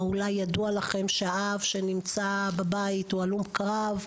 או אולי ידוע לכם שהאב שנמצא בבית הוא הלום קרב,